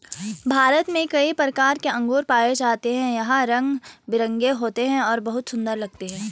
भारत में कई प्रकार के अंगूर पाए जाते हैं यह रंग बिरंगे होते हैं और बहुत सुंदर लगते हैं